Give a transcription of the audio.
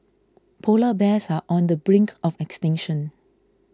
Polar Bears are on the brink of extinction